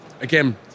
Again